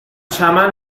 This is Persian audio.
چمن